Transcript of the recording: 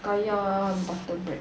kaya and butter bread